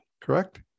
correct